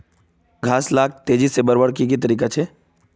घास लाक तेजी से बढ़वार की की तरीका छे?